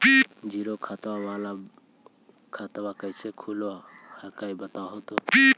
Zero balance वाला खतवा कैसे खुलो हकाई बताहो तो?